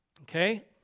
Okay